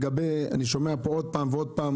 אני שומע פה עוד פעם ועוד פעם,